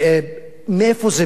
מאיפה זה בא?